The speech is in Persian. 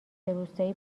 روستایی